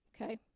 okay